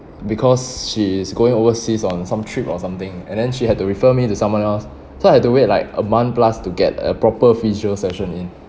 because she is going overseas on some trip or something and then she had to refer me to someone else so I have to wait like a month plus to get a proper physio session in